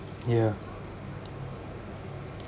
ya